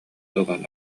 ылан